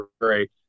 great